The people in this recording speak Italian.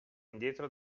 indietro